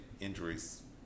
injuries